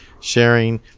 sharing